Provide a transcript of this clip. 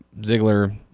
Ziggler